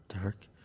Dark